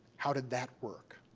how did that work.